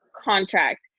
contract